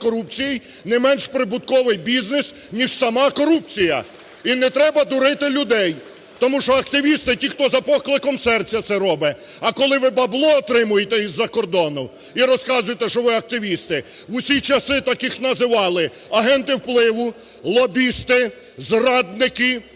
не менш прибутковий бізнес, ніж сама корупція! І не треба дурити людей, тому що активісти – ті, хто за покликом серця це робить, а коли ви бабло отримуєте з-за кордону і розказуєте, що ви активісти, в усі часи таких називали "агенти впливу", "лобісти", "зрадники",